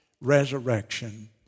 resurrection